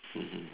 mmhmm